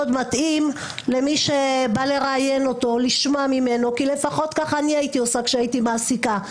מתאים למי שבא לראיין אותו כי לפחות כך אני הייתי עושה כשהייתי מעסיקה.